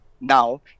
now